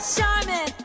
Charmin